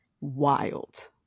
wild